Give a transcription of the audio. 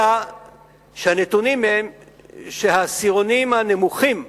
אלא שהנתונים הם שהעשירונים הנמוכים,